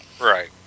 Right